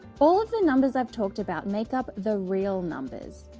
all of the numbers i've talked about make up the real numbers.